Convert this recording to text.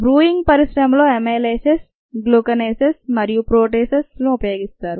brewing పరిశ్రమలో amylases glucanases మరియు ప్రోటీసెస్లు వినియోగిస్తారు